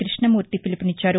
క్రిష్ణమూర్తి పిలుపునిచ్చారు